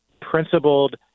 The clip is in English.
principled